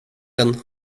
den